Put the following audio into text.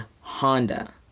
Honda